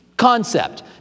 concept